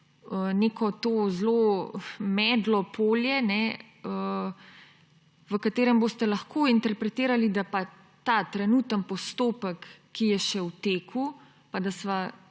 neko zelo medlo polje, v katerem boste lahko interpretirali, da pa ta trenutni postopek, ki je še v teku – pa da sva